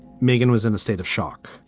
megan was in a state of shock